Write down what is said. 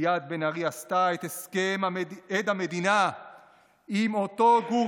ליאת בן ארי עשתה את הסכם עד המדינה עם אותו גור